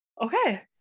Okay